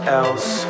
else